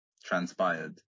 transpired